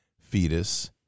fetus